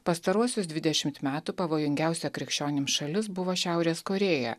pastaruosius dvidešimt metų pavojingiausia krikščionims šalis buvo šiaurės korėja